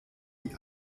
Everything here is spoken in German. die